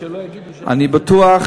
אני בטוח